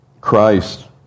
Christ